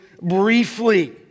briefly